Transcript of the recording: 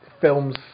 films